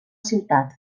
ciutat